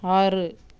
ஆறு